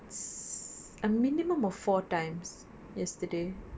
it's a minimum of four times yesterday